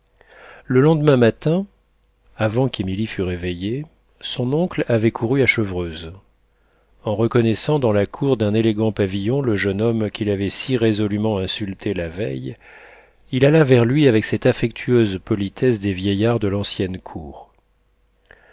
le lendemain matin avant qu'émilie fût réveillée son oncle avait couru à chevreuse en reconnaissant dans la cour d'un élégant pavillon le jeune homme qu'il avait si résolument insulté la veille il alla vers lui avec cette affectueuse politesse des vieillards de l'ancienne cour